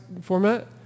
format